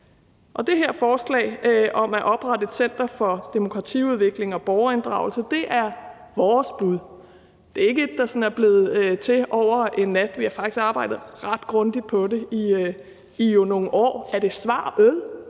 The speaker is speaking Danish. Det her forslag om at oprette et center for demokratiudvikling og borgerinddragelse er vores bud. Det er ikke et, der er blevet til over en nat. Vi har faktisk arbejdet ret grundigt på det i nogle år. Er det svaret